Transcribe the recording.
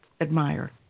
admire